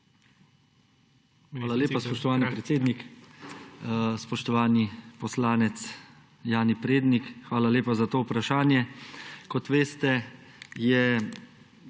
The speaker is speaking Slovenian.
Hvala lepa, spoštovani predsednik. Spoštovani poslanec Jani Prednik, hvala lepa za to vprašanje. Kot veste, je